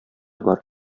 бар